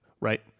right